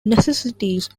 necessities